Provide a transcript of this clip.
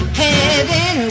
heaven